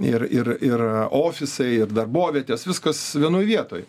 ir ir ir ofisai ir darbovietės viskas vienoj vietoj